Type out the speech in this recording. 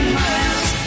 miles